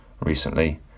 recently